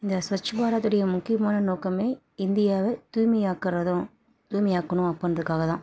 இந்த ஸ்வச் பாரத்துடைய முக்கியமான நோக்கமே இந்தியாவை தூய்மை ஆக்கறதும் தூய்மை ஆக்கணும் அப்புடின்றக்காகதான்